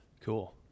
Cool